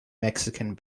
mexican